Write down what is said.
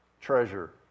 treasure